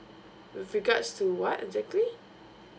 with regards to what exactly